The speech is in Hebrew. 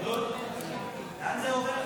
להלן התוצאות: בעד,